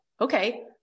Okay